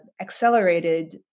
accelerated